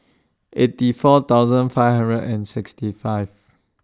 eighty four thousand five hundred and sixty five